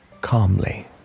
calmly